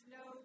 no